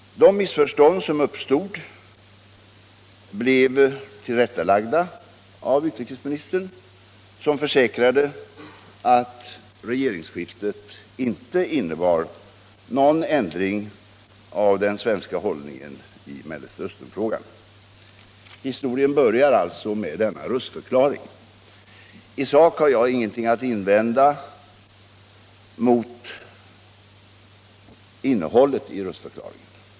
De missförstånd som uppstod blev tillrättalagda av utrikesministern, som försäkrade att regeringsskiftet inte innebar någon ändring av den svenska hållningen i Mellersta Östern-frågan. Historien börjar alltså med denna röstförklaring. I sak har jag ingenting att invända mot innehållet i röstförklaringen.